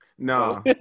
No